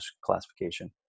classification